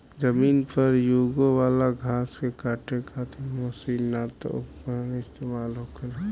जमीन पर यूगे वाला घास के काटे खातिर मशीन ना त उपकरण इस्तेमाल होखेला